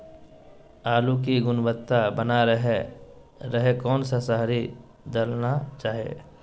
आलू की गुनबता बना रहे रहे कौन सा शहरी दलना चाये?